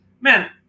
Man